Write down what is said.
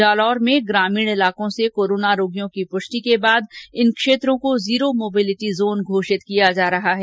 जालौर में ग्रामीण इलाकों से कोरोना रोगियों की पुष्टि के बाद इन क्षेत्रों को जीरो मोबिलिटी जोन घोषित किया जा रहा है